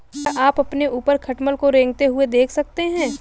क्या आप अपने ऊपर खटमल को रेंगते हुए देख सकते हैं?